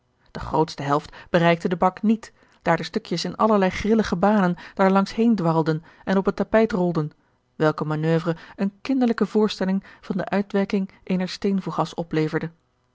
de grootste helft bereikte den bak niet daar de stukjes in allerlei grillige banen daar langs heen dwarlden en op het tapijt rolden welke manoeuvre eene kinderlijke voorstelling van de uitwerking eener steenfougas opleverde